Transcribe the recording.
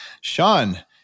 Sean